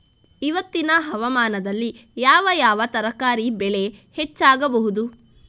ಇವತ್ತಿನ ಹವಾಮಾನದಲ್ಲಿ ಯಾವ ಯಾವ ತರಕಾರಿ ಬೆಳೆ ಹೆಚ್ಚಾಗಬಹುದು?